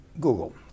Google